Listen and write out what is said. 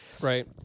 Right